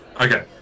Okay